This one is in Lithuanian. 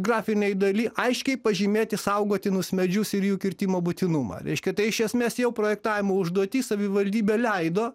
grafinėj daly aiškiai pažymėti saugotinus medžius ir jų kirtimo būtinumą reiškia iš esmės jau projektavimo užduoty savivaldybė leido